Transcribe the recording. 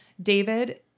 David